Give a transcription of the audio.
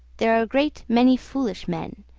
there are a great many foolish men,